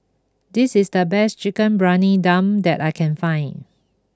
this is the best Chicken Briyani Dum that I can find